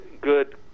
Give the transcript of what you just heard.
good